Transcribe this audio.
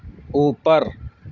اوپر